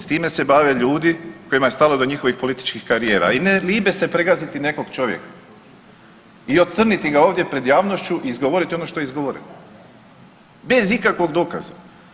S time se bave ljudi kojima je stalo do njihovih političkih karijera, a i ne libe se pregaziti nekog čovjeka i ocrniti ga ovdje pred javnošću i izgovoriti ono što je izgovoreno, bez ikakvog dokaza.